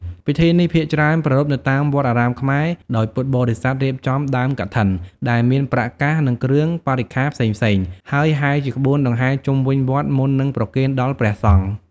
ពិធីនេះភាគច្រើនប្រារព្ធនៅតាមវត្តអារាមខ្មែរ ដោយពុទ្ធបរិស័ទរៀបចំដើមកឋិន ដែលមានប្រាក់កាស និងគ្រឿងបរិក្ខារផ្សេងៗ ហើយហែរជាក្បួនដង្ហែរជុំវិញវត្តមុននឹងប្រគេនដល់ព្រះសង្ឃ។